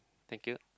thank you